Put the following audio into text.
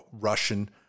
Russian